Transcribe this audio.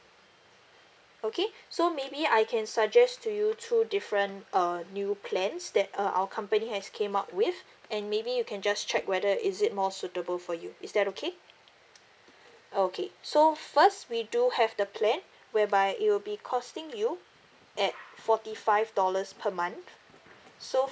okay so maybe I can suggest to you two different uh new plans that uh our company has came up with and maybe you can just check whether is it more suitable for you is that okay okay so first we do have the plan whereby it will be costing you at forty five dollars per month so